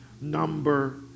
number